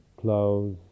clothes